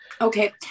Okay